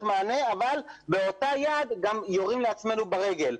מענה אבל באותה יד גם יורים לעצמנו ברגל,